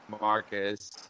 Marcus